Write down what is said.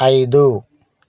ఐదు